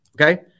okay